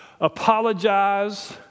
apologize